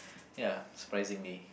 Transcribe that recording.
ya surprisingly